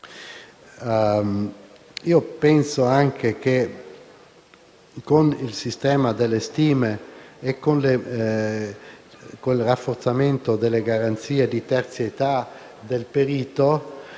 coerenza. Con il sistema delle stime e con il rafforzamento delle garanzie di terzietà del perito